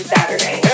Saturday